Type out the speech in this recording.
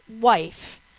wife